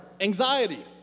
anxiety